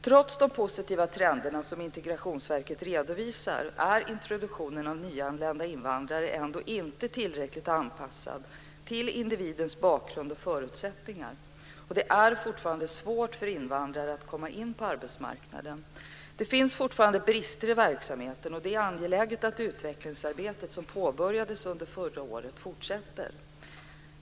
Trots de positiva trenderna som Integrationsverket redovisar är introduktionen av nyanlända invandrare ändå inte tillräckligt anpassad till individens bakgrund och förutsättningar och det är fortfarande svårt för invandrare att komma in på arbetsmarknaden. Det finns fortfarande brister i verksamheten och det är angeläget att utvecklingsarbetet som påbörjades under förra året fortsätter.